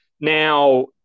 Now